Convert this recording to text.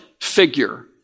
figure